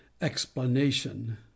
explanation